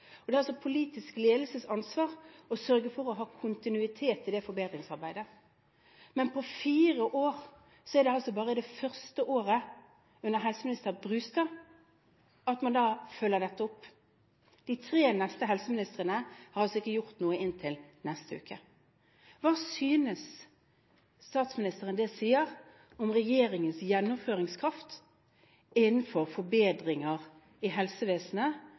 det er altså politisk ledelses ansvar å sørge for å ha kontinuitet i det forbedringsarbeidet. Men på fire år var det bare det første året, under helseminister Brustad, at man fulgte opp dette. De tre neste helseministrene har ikke gjort noe – før neste uke. Hva synes statsministeren det sier om regjeringens gjennomføringskraft innen forbedringer i helsevesenet?